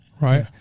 right